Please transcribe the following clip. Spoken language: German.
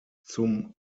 zum